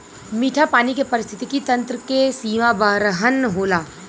मीठा पानी के पारिस्थितिकी तंत्र के सीमा बरहन होला